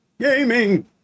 Gaming